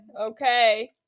Okay